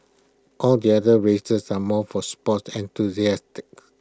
all the other races are more for sports